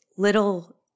Little